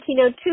1902